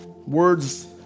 Words